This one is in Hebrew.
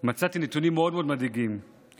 מצאתי נתונים מדאיגים מאוד מאוד.